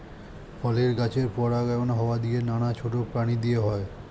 ফলের গাছের পরাগায়ন হাওয়া দিয়ে, নানা ছোট প্রাণী দিয়ে হয়